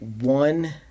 one